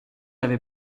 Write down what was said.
avait